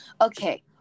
Okay